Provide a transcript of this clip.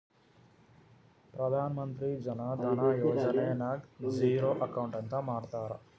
ಪ್ರಧಾನ್ ಮಂತ್ರಿ ಜನ ಧನ ಯೋಜನೆ ನಾಗ್ ಝೀರೋ ಅಕೌಂಟ್ ಅಂತ ಮಾಡ್ತಾರ